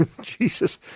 Jesus